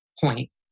point